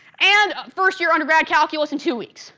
and first year undergrad calculus in two weeks,